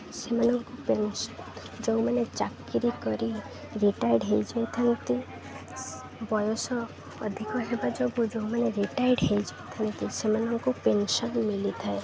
ସେମାନଙ୍କୁ ପେନ୍ସନ୍ ଯେଉଁମାନେ ଚାକିରି କରି ରିଟାର୍ଡ଼୍ ହୋଇଯାଇଥାନ୍ତି ବୟସ ଅଧିକ ହେବା ଯୋଗୁଁ ଯେଉଁମାନେ ରିଟାର୍ଡ଼୍ ହୋଇଯାଇଥାନ୍ତି ସେମାନଙ୍କୁ ପେନ୍ସନ୍ ମିଳିଥାଏ